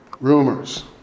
Rumors